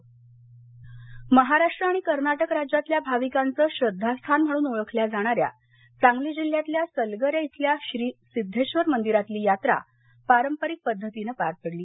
यात्रा सांगली महाराष्ट्र आणि कर्नाटक राज्यातल्या भाविकांचं श्रद्धास्थान म्हणून ओळखल्या जाणाऱ्या सांगली जिल्ह्यातल्या सलगरे इथल्या श्री सिद्धेश्वर मंदिरातली यात्रा पारंपरिक पद्धतीनं पार पडली